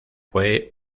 fue